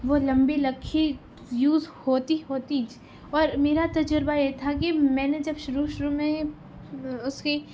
وہ لمبی لکیر یوز ہوتی ہوتیچ اور میرا تجربہ یہ تھا کہ میں نے جب شروع شروع میں اُس کی